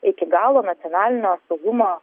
iki galo nacionalinio saugumo